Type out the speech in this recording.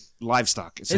livestock